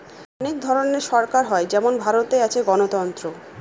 অনেক ধরনের সরকার হয় যেমন ভারতে আছে গণতন্ত্র